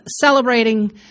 celebrating